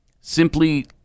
simply